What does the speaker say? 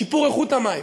שיפור איכות המים,